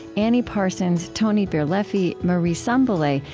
annie parsons, tony birleffi, marie sambilay,